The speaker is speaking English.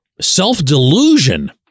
self-delusion